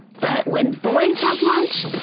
but when boys have lunch,